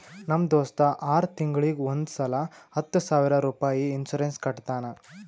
ನಮ್ ದೋಸ್ತ ಆರ್ ತಿಂಗೂಳಿಗ್ ಒಂದ್ ಸಲಾ ಹತ್ತ ಸಾವಿರ ರುಪಾಯಿ ಇನ್ಸೂರೆನ್ಸ್ ಕಟ್ಟತಾನ